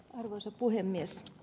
arvoisa puhemies